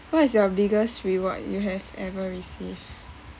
what is your biggest reward you have ever received